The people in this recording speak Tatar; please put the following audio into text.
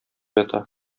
ята